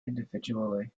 individually